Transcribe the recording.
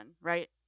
right